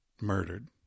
murdered